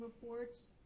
reports